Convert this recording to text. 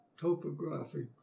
Topographic